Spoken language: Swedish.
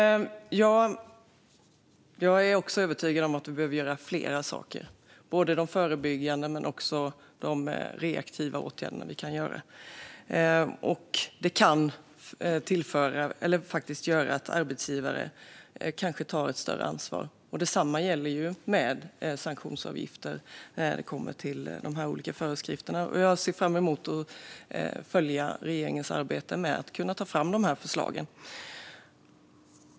Fru talman! Jag är också övertygad om att vi behöver göra flera saker, både förebyggande och reaktiva åtgärder. Det kan faktiskt leda till att arbetsgivare kanske tar ett större ansvar, och detsamma gäller sanktionsavgifter kopplat till de olika föreskrifterna. Jag ser fram emot att följa regeringens arbete med att ta fram dessa förslag.